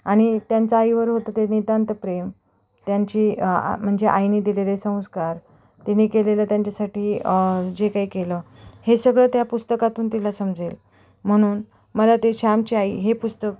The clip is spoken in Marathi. आणि त्यांचं आईवर होतं ते नितांत प्रेम त्यांची आ म्हणजे आईनी दिलेले संस्कार तिने केलेलं त्यांच्यासाठी जे काही केलं हे सगळं त्या पुस्तकातून तिला समजेल म्हणून मला ते श्यामची आई हे पुस्तक